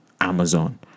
Amazon